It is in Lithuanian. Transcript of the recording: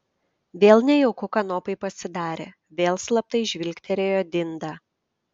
vėl nejauku kanopai pasidarė vėl slaptai žvilgterėjo dindą